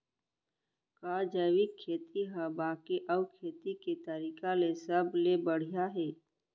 का जैविक खेती हा बाकी अऊ खेती के तरीका ले सबले बढ़िया हे?